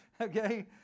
Okay